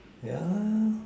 yeah